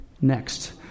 next